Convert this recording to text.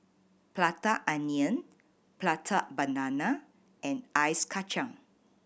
Prata Onion Prata Banana and Ice Kachang